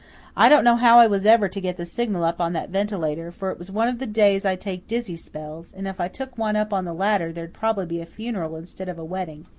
i didn't know how i was ever to get the signal up on that ventilator, for it was one of the days i take dizzy spells and if i took one up on the ladder there'd probably be a funeral instead of a wedding.